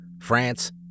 France